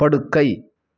படுக்கை